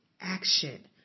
action